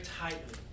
tightly